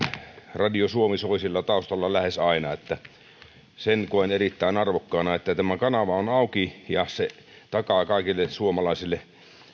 radio suomi soi siellä taustalla lähes aina sen koen erittäin arvokkaana että tämä kanava on auki ja se takaa kaikille suomalaisille